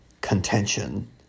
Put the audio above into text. contention